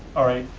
all right,